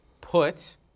put